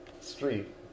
street